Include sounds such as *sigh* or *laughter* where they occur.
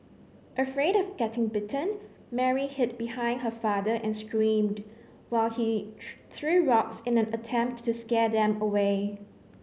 afraid of getting bitten Mary hid behind her father and screamed while he *unintelligible* threw rocks in an attempt to scare them away